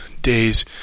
days